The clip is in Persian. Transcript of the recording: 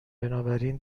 بنابراین